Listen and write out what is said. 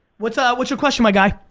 what's ah what's your question my guy?